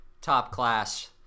top-class